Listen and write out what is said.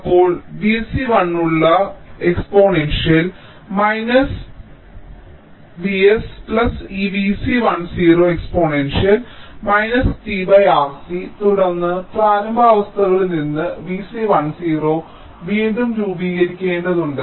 അപ്പോൾ V c 1 ഉള്ള പരിഹാരം എന്താണ് അതായത് V s ഈ V c 1 0 exponential t R c തുടർന്ന് പ്രാരംഭ അവസ്ഥകളിൽ നിന്ന് V c 1 0 വീണ്ടും രൂപീകരിക്കേണ്ടതുണ്ട്